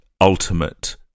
ultimate